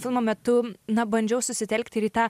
filmo metu na bandžiau susitelkti ir į tą